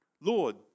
Lord